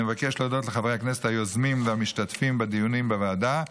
אני מבקש להודות לחברי הכנסת היוזמים והמשתתפים בדיונים בוועדה,